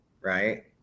right